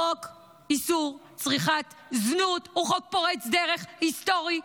חוק איסור צריכת זנות הוא חוק פורץ דרך היסטורי.